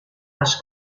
les